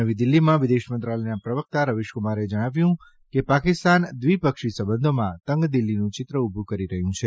નવી દીલ્હીમાં વિદેશમંત્રાલયના પ્રવકતા રવીશકુમારે જણાવ્યું કે પાકિસ્તાન દ્વિપક્ષી સંબંધોમાં તંગદિલીનું ચિત્ર ઉભું કરી રહ્યું છે